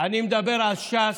אני מדבר על ש"ס,